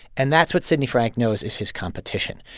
and that's what sidney frank knows is his competition.